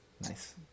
Nice